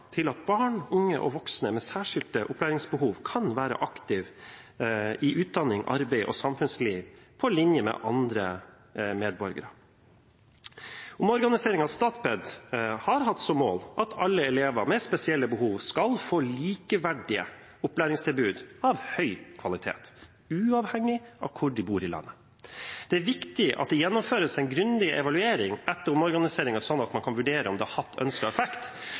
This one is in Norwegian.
til at barn, unge og voksne med særskilte opplæringsbehov kan være aktive i utdanning, arbeid og samfunnsliv, på linje med andre medborgere. Omorganiseringen av Statped har hatt som mål at alle elever med spesielle behov skal få likeverdige opplæringstilbud av høy kvalitet, uavhengig av hvor man bor i landet. Det er viktig at det gjennomføres en grundig evaluering etter omorganiseringen, slik at man kan vurdere om den har hatt ønsket effekt,